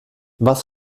was